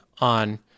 on